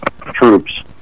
troops